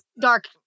dark